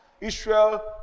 Israel